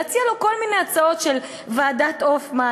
כל מיני הצעות של "ועדת הופמן",